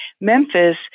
Memphis